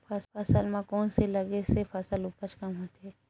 फसल म कोन से लगे से फसल उपज कम होथे?